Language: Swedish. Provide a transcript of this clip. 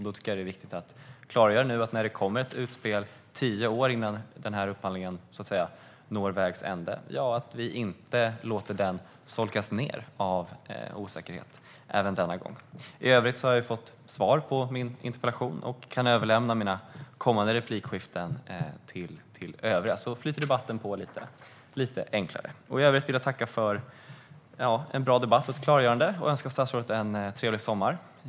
Då tycker jag att det är viktigt att klargöra detta när det kommer ett utspel tio år innan upphandlingen når vägs ände och att vi inte låter den solkas ned av osäkerhet även denna gång. I övrigt har jag fått svar på min interpellation. Jag kan överlämna tiden för mina kommande inlägg till övriga talare så att debatten flyter på lite enklare. Jag vill tacka för en bra debatt och ett klargörande och önskar statsrådet en trevlig sommar.